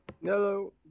Hello